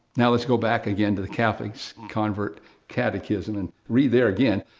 now, let's go back again to the catholics, convert's catechism and read there again.